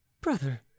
brother